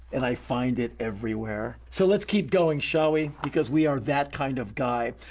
and i find it everywhere. so let's keep going, shall we? because we are that kind of guy.